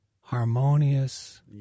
harmonious